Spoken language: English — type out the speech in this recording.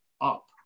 up